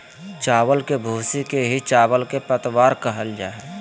चावल के भूसी के ही चावल के पतवार कहल जा हई